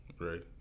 right